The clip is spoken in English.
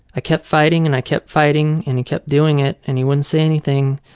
i kept fighting and i kept fighting, and he kept doing it and he wouldn't say anything.